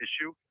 issue